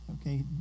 Okay